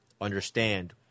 understand